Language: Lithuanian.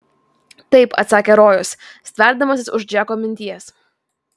taip atsakė rojus stverdamasis už džeko minties